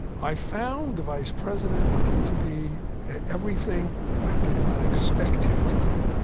i found the vice president to be everything i did not expect him to be.